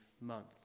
month